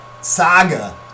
saga